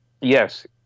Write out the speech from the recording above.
Yes